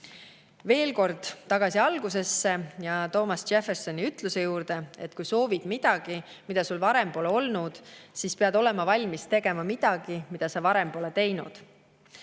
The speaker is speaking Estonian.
Veel kord tagasi algusesse ja Thomas Jeffersoni ütluse juurde, et kui soovid midagi, mida sul varem pole olnud, siis pead olema valmis tegema midagi, mida sa varem pole teinud.